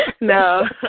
No